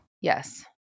Yes